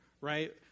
right